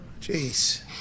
Jeez